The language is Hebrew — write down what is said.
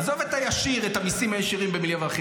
עזוב את הישיר, את המיסים הישירים ב-1.5 מיליארד.